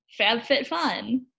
FabFitFun